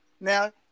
Now